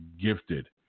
gifted